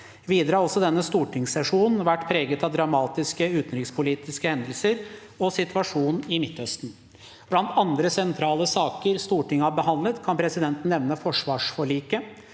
Videre har også denne stortingssesjonen vært preget av dramatiske utenrikspolitiske hendelser, og situasjonen i Midtøsten. Blant andre sentrale saker Stortinget har behandlet, kan presidenten nevne forsvarsforliket,